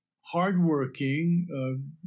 hardworking